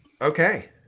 Okay